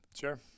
Sure